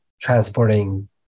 transporting